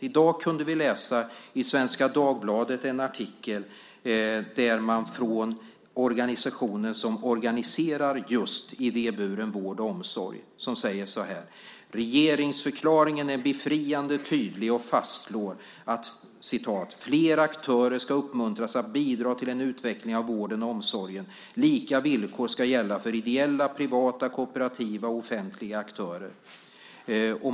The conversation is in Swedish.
I dag kunde vi i Svenska Dagbladet läsa en artikel där man från den organisation som organiserar just idéburen omsorg säger så här: Regeringsförklaringen är befriande tydlig och fastslår att "fler aktörer skall uppmuntras att bidra till en utveckling av vården och omsorgen. Lika villkor skall gälla för privata, ideella, kooperativa och offentliga aktörer."